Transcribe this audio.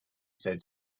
said